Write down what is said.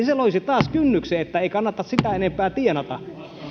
se loisi taas kynnyksen että ei kannata sitä enempää tienata